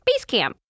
Basecamp